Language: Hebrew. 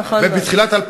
נכון מאוד.